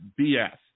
BS